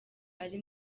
ari